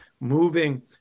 moving